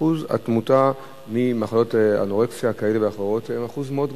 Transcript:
אחוז התמותה ממחלות אנורקסיה כאלה ואחרות הוא אחוז מאוד גבוה,